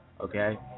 Okay